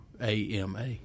AMA